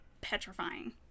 petrifying